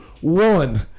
one